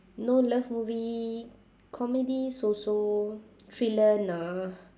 no love movie comedy so so thriller nah